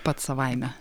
pats savaime